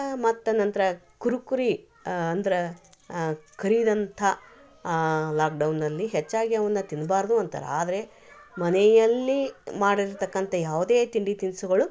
ಮತ್ತೆ ನಂತರ ಕುರುಕುರಿ ಅಂದ್ರ ಕರಿದಂಥ ಲಾಕ್ಡೌನ್ನಲ್ಲಿ ಹೆಚ್ಚಾಗಿ ಅವುನ್ನ ತಿನ್ಬಾರದು ಅಂತರ ಆದರೆ ಮನೆಯಲ್ಲಿ ಮಾಡಿರ್ತಕ್ಕಂಥ ಯಾವುದೇ ತಿಂಡಿ ತಿನಿಸುಗಳು